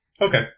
Okay